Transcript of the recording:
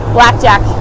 Blackjack